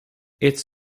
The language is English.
its